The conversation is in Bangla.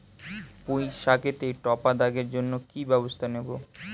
পুই শাকেতে টপা দাগের জন্য কি ব্যবস্থা নেব?